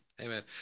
Amen